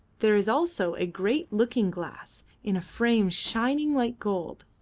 there is also a great looking-glass in a frame shining like gold.